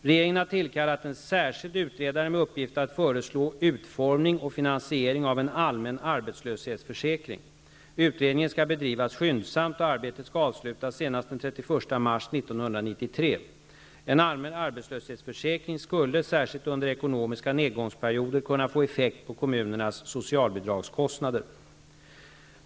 Regeringen har tillkallat en särskild utredare med uppgift att föreslå utformning och finansiering av en allmän arbetslöshetsförsäkring. Utredningen skall bedrivas skyndsamt och arbetet skall avslutas senast den 31 mars 1993. En allmän arbetslöshetsförsäkring skulle, särskilt under ekonomiska nedgångsperioder, kunna få effekt på kommunernas socialbidragskostnader.